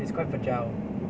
it's quite fragile